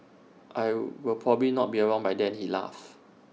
I will probably not be around by then he laughed